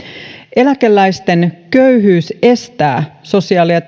eläkeläisten köyhyys estää sosiaali ja